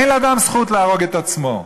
אין לאדם זכות להרוג את עצמו.